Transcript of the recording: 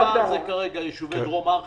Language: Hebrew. לא מדובר כרגע על יישובי דרום הר חברון.